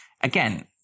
again